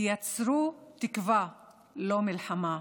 תייצרו תקווה, לא מלחמה.